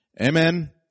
Amen